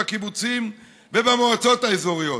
בקיבוצים ובמועצות האזוריות,